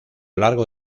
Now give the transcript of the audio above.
largo